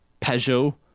Peugeot